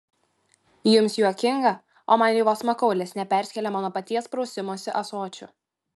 jums juokinga o man ji vos makaulės neperskėlė mano paties prausimosi ąsočiu